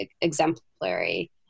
exemplary